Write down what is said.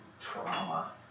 trauma